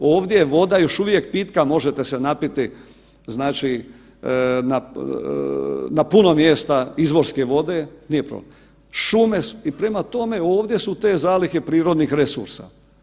Ovdje je voda još uvijek pitka, možete se napiti znači na, na puno mjesta izvorske vode, nije problem, šume su i prema tome, ovdje su te zalihe prirodnih resursa.